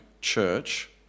church